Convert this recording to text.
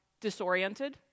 disoriented